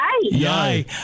Yay